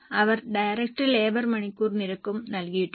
അവർ direct labour മണിക്കൂർ നിരക്കും നൽകിയിട്ടുണ്ട്